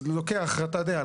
לוקח, אתה יודע.